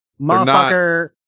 Motherfucker